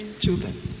Children